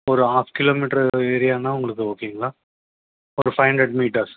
ஒரு half kilometre ஏரியானால் உங்களுக்கு ஓகேங்களா ஒரு ஃபைவ் ஹண்ட்ரட் மீட்டர்ஸ்